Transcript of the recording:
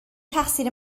تقصیر